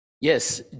Yes